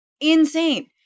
Insane